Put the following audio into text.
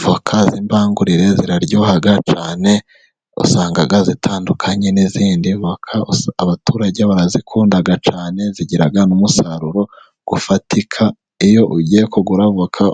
Voka zimbangurire ziraryoha cyane, usanga zitandukanye n'izindi mpaka abaturage bazikunda cyane, zigira n'umusaruro ufatika iyo ugiye kugura voka